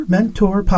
Mentor